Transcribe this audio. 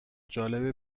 جالبه